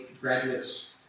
graduates